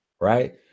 right